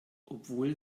obwohl